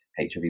HIV